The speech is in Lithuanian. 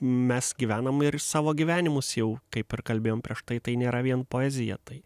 mes gyvenam ir savo gyvenimus jau kaip ir kalbėjom prieš tai tai nėra vien poezija tai